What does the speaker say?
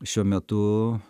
šiuo metu